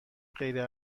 غیر